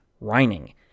Reining